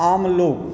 आमलोक